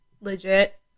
Legit